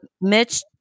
Mitch